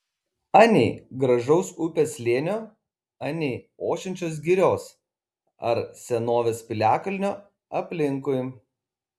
anei gražaus upės slėnio anei ošiančios girios ar senovės piliakalnio aplinkui